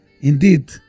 indeed